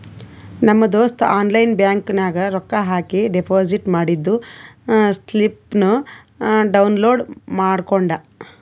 ನಮ್ ದೋಸ್ತ online bank ನಾಗ್ ರೊಕ್ಕಾ ಹಾಕಿ ಡೆಪೋಸಿಟ್ ಮಾಡಿದ್ದು ಸ್ಲಿಪ್ನೂ ಡೌನ್ಲೋಡ್ ಮಾಡ್ಕೊಂಡ್